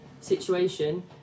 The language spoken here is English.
situation